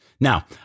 Now